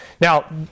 Now